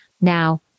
Now